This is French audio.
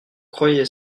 croyez